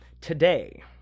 today